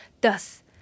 Thus